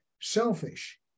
selfish